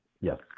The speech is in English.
Yes